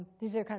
these are